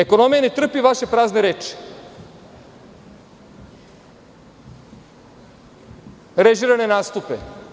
Ekonomija ne trpi vaše prazne reči, režirane nastupe.